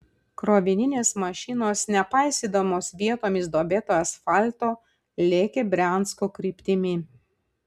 krovininės mašinos nepaisydamos vietomis duobėto asfalto lėkė briansko kryptimi